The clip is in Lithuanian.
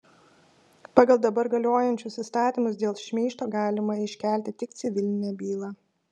pagal dabar galiojančius įstatymus dėl šmeižto galima iškelti tik civilinę bylą